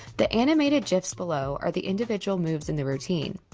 the animated gifs below are the individual moves in the routine